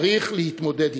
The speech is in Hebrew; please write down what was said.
צריך, להתמודד אתן.